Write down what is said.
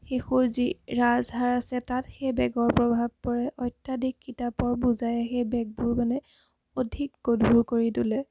শিশুৰ যি ৰাজহাড় আছে তাত সেই বেগৰ প্ৰভাৱ পৰে অত্যাধিক কিতাপৰ বুজাই সেই বেগবোৰ মানে অধিক গধুৰ কৰি তোলে